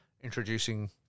introducing